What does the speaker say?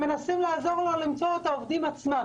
מנסים לעזור לו למצוא את העובדים עצמם,